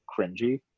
cringy